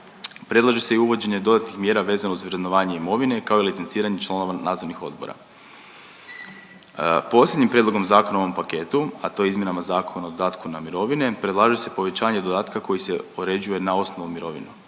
Predlaže se i uvođenje dodatnih mjera vezano uz vrednovanje imovine, kao i licenciranje članova nadzornih odbora. Posljednjim prijedlogom zakona u ovom paketu, a to je izmjenama Zakona o dodatku na mirovine, predlaže se povećanje dodatka koji se određuje na osnovnu mirovinu.